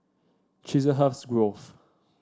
Chiselhurst Grove